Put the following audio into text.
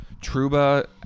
Truba